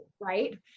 right